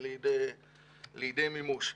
לידי מימוש.